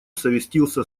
совестился